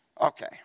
Okay